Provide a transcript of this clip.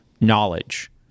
knowledge